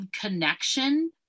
connection